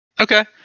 Okay